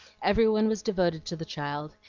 every one was devoted to the child,